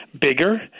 bigger